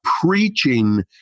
preaching